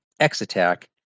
X-Attack